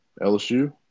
LSU